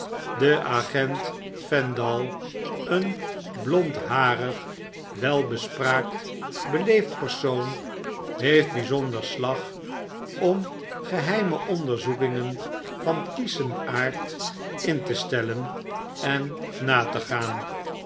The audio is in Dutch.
de agent fendall een blondharig welbespraakt beleefd persoon heeft bijzonder slag om geheime onderzoekingen van kieschen aard in te stellen en na te gaan